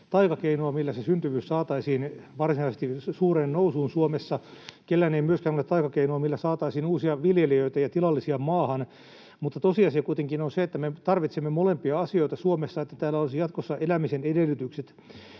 taikakeinoa, millä se syntyvyys saataisiin varsinaisesti suureen nousuun Suomessa. Kellään ei myöskään ole taikakeinoja, millä saataisiin uusia viljelijöitä ja tilallisia maahan. Mutta tosiasia kuitenkin on se, että me tarvitsemme molempia asioita Suomessa, että täällä olisi jatkossa elämisen edellytykset.